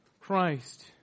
Christ